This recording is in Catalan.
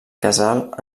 casal